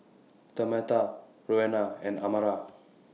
Tamatha Roena and Amara